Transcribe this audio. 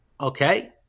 okay